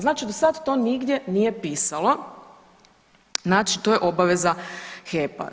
Znači do sad to nigdje nije pisalo, znači to je obaveza HEP-a.